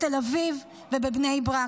בתל אביב ובבני ברק,